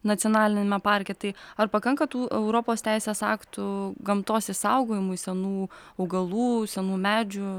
nacionaliniame parke tai ar pakanka tų europos teisės aktų gamtos išsaugojimui senų augalų senų medžių